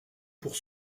pour